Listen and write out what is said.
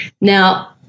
now